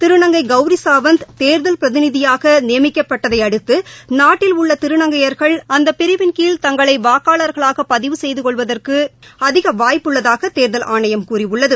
திருநங்கை கௌரிசாவந்த் தேர்தல் பிரதிநிதியாகநியமிக்கப்பட்டதையடுத்து நாட்டில் உள்ளதிருநங்கையர்கள் அந்தபிரிவின்கீழ் தங்களைவர்க்காளர்களாகபதிவு செய்துகொள்வதற்குஅதிகவாய்ப்புள்ளதாகதேர்தல் ஆணையம் கூறியுள்ளது